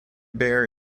bear